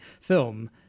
film